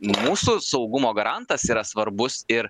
mūsų saugumo garantas yra svarbus ir